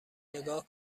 نگاه